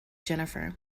jennifer